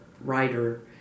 writer